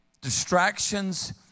Distractions